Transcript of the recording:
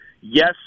yes